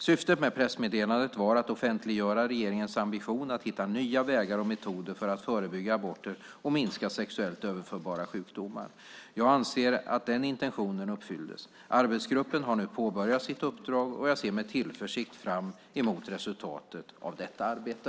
Syftet med pressmeddelandet var att offentliggöra regeringens ambition att hitta nya vägar och metoder för att förebygga aborter och minska sexuellt överförbara sjukdomar. Jag anser att den intentionen uppfylldes. Arbetsgruppen har nu påbörjat sitt uppdrag och jag ser med tillförsikt fram emot resultatet av detta arbete.